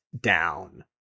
down